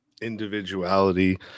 individuality